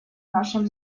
нашем